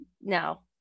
no